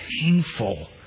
painful